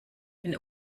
wenn